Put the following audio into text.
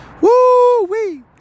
Woo-wee